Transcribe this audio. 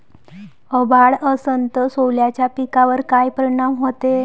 अभाळ असन तं सोल्याच्या पिकावर काय परिनाम व्हते?